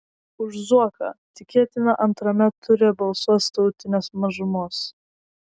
už zuoką tikėtina antrame ture balsuos tautinės mažumos